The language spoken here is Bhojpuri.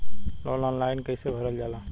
लोन ऑनलाइन कइसे भरल जाला?